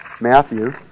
Matthew